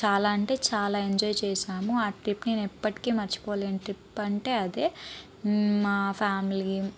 చాలా అంటే చాలా ఎంజాయ్ చేసాము ఆ ట్రిప్ నేను ఎప్పటికి మర్చిపోలేని ట్రిప్ అంటే అదే మా ఫ్యామిలీ